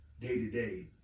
day-to-day